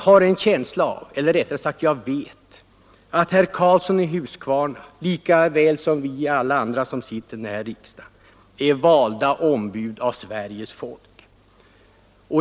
Herr Karlsson i Huskvarna, lika väl som alla vi andra här i riksdagen, är valda ombud för Sveriges folk.